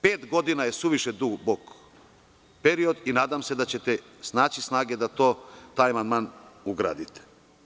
Pet godina je suviše dug period i nadam se da ćete snaći snage da taj amandman ugradite.